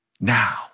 now